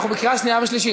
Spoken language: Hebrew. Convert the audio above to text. אנחנו בקריאה שנייה ושלישית.